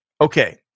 Okay